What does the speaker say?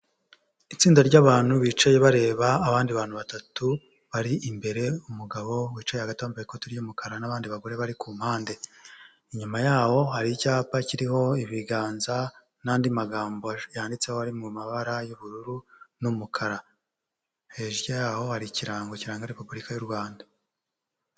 Itsinda ry'abantu bicaye bareba abandi bantu batatu bari imbere, umugabo wicaye hagati, wambaye ikoti ry'umukara n'abandi bagore bari ku mpande, inyuma yaho hari icyapa kiriho ibiganza, n'andi magambo yanditseho ari mu mabara y'ubururu n'umukara, hejuru yaho hari ikirango kiranga repubulika y'u Rwanda.